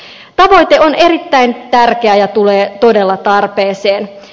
tavoite on erittäin tärkeä ja tulee todella tarpeeseen